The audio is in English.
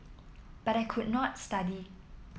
but I could not study